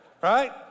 Right